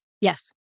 yes